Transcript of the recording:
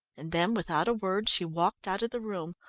and then without a word she walked out of the room,